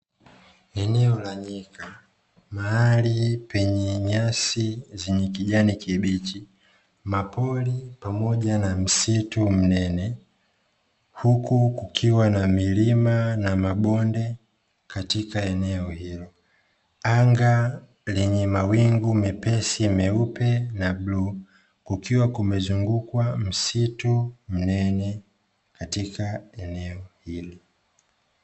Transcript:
Eneo la nyika, mahali penye nyasi zenye kijani kibichi mapori pamoja na msitu mnene. Huku kukiwa na milima na mabonde katika eneo hilo. Anga lenye mawingu mepesi meupe na bluu kukiwa kumezungukwa msitu mnene katika eneo hilo.